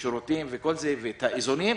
שירותים ואת כל האיזונים,